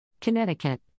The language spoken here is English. Connecticut